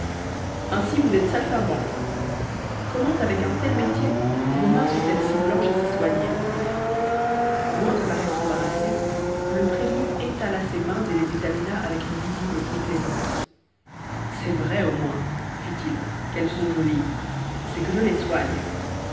ainsi vous êtes saltimbanque comment avec un tel métier vos mains sont-elles si blanches et si soignées loin de paraître embarrassé le prévenu étala ses mains et les examina avec une visible complaisance c'est vrai au moins fit-il qu'elles sont jolies c'est que je les soigne